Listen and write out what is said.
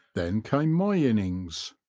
then came my innings.